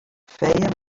feia